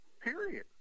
Period